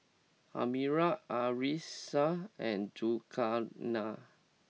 Amirah Arissa and Zulkarnain